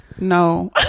No